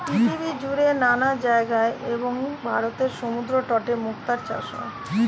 পৃথিবীজুড়ে নানা জায়গায় এবং ভারতের সমুদ্রতটে মুক্তার চাষ হয়